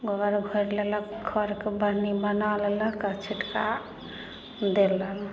गोबर घोरि लेलक खढ़के बढ़नी बना लेलक आ छिटका देलक